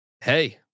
Hey